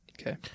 Okay